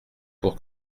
pour